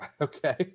okay